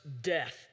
death